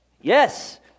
Yes